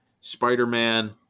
Spider-Man